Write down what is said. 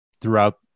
throughout